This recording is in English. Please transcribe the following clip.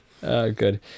good